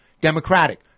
democratic